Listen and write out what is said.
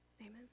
Amen